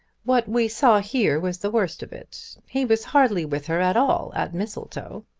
what we saw here was the worst of it. he was hardly with her at all at mistletoe.